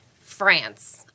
France